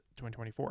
2024